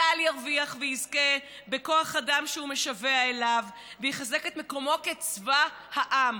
צה"ל ירוויח ויזכה בכוח אדם שהוא משווע לו ויחזק את מקומו כצבא העם.